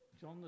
John